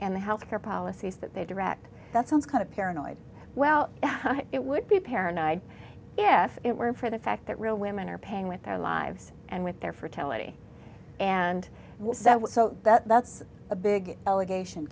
the health care policies that they direct that sounds kind of paranoid well it would be paranoid if it weren't for the fact that real women are paying with their lives and with their fertility and so that's a big allegation